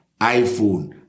iPhone